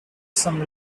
some